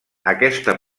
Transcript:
aquesta